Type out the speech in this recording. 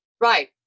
Right